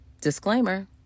Disclaimer